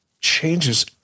changes